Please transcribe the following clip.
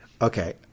Okay